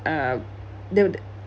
uh the